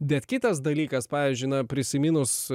bet kitas dalykas pavyzdžiui prisiminus